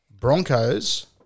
Broncos